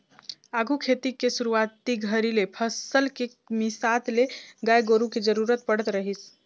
आघु खेती के सुरूवाती घरी ले फसल के मिसात ले गाय गोरु के जरूरत पड़त रहीस